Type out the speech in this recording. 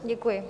Děkuji.